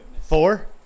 Four